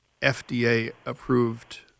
FDA-approved